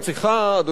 אדוני היושב-ראש,